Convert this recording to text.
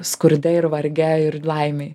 skurde ir varge ir laimėj